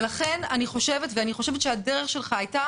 אני חושבת שהדרך של גפני,